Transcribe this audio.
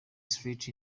street